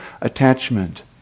attachment